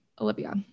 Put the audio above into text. Olivia